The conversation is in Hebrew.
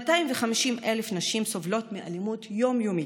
250,000 נשים סובלות מאלימות יום-יומית.